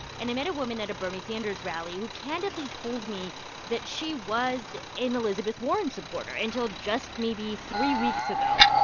and i met a woman at a bernie sanders rally who candidly told me that she was an elizabeth warren supporter until just maybe three weeks ago.